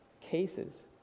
cases